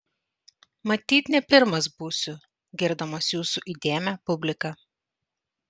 matyt ne pirmas būsiu girdamas jūsų įdėmią publiką